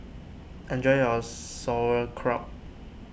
enjoy your Sauerkraut